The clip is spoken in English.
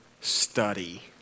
study